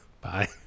Bye